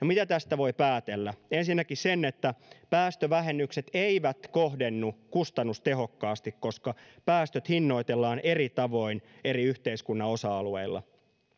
mitä tästä voi päätellä ensinnäkin sen että päästövähennykset eivät kohdennu kustannustehokkaasti koska päästöt hinnoitellaan eri tavoin eri yhteiskunnan osa alueilla